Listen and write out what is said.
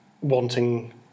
wanting